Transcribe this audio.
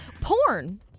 porn